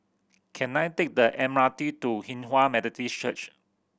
can I take the M R T to Hinghwa Methodist Church